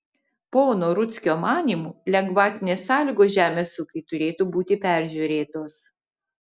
pono rudzkio manymu lengvatinės sąlygos žemės ūkiui turėtų būti peržiūrėtos